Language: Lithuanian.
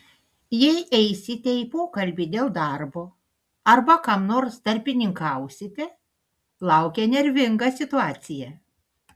jei eisite į pokalbį dėl darbo arba kam nors tarpininkausite laukia nervinga situacija